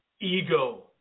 ego